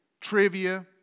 trivia